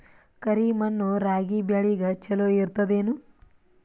ಕರಿ ಮಣ್ಣು ರಾಗಿ ಬೇಳಿಗ ಚಲೋ ಇರ್ತದ ಏನು?